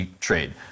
trade